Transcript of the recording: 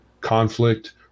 conflict